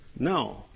No